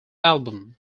album